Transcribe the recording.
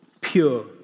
Pure